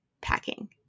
packing